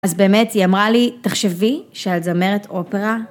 ‫אז באמת, היא אמרה לי, ‫תחשבי שאת זמרת אופרה...